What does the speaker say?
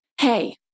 hey